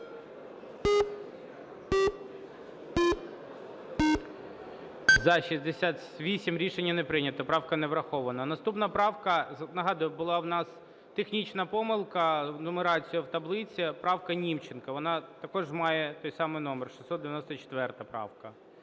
За-68 Рішення не прийнято. Правка не врахована. Наступна правка, нагадую, була у нас технічна помилка з нумерацією в таблиці, правка Німченка, вона також має той самий номер 694 правка.